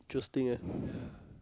intersting eh